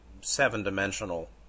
seven-dimensional